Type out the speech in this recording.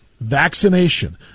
Vaccination